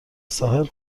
ساحل